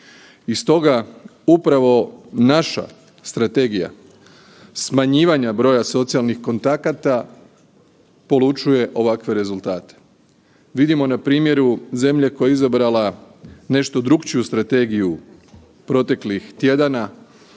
I stoga upravo naša strategija smanjivanja broja socijalnih kontakata polučuje ovakve rezultate. Vidimo na primjeru zemlje koja je izabrala nešto drukčiju strategiju proteklih tjedana,